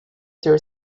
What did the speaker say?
ter